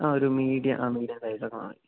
ആ ഒരു മീഡിയം ആ മീഡിയം സൈസൊക്കെ മതി